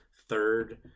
third